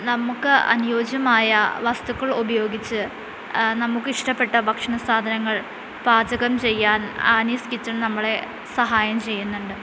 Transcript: നമുക്ക് അനുയോജ്യമായ വസ്തുക്കൾ ഉപയോഗിച്ച് നമുക്ക് ഇഷ്ടപ്പെട്ട ഭക്ഷണ സാധനങ്ങൾ പാചകം ചെയ്യാൻ ആനീസ് കിച്ചൺ നമ്മളെ സഹായം ചെയ്യുന്നുണ്ട്